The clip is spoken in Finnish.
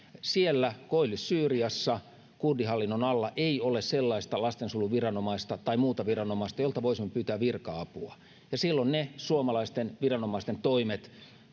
siellä koillis syyriassa kurdihallinnon alla ei ole sellaista lastensuojeluviranomaista tai muuta viranomaista jolta voisimme pyytää virka apua ja silloin ne suomalaisten viranomaisten toimet